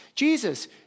Jesus